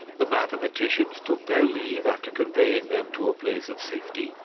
the mathematicians took their leave after conveying them to a place of safety,